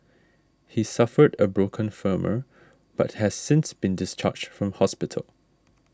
he suffered a broken femur but has since been discharged from hospital